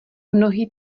mnohý